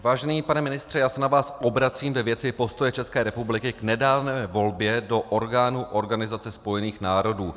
Vážený pane ministře, já se na vás obracím ve věci postoje České republiky k nedávné volbě do orgánů Organizace spojených národů.